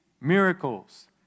miracles